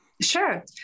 Sure